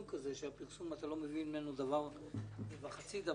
כזה שלא מבינים ממנו דבר וחצי דבר.